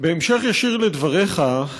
בהמשך ישיר לדבריך,